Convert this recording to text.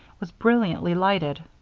was brilliantly lighted.